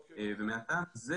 שוב, זה